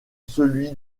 celui